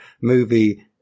movie